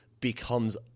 becomes